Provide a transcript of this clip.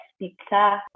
Pizza